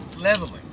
leveling